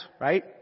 right